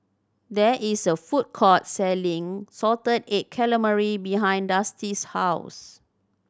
there is a food court selling salted egg calamari behind Dusty's house